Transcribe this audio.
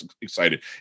excited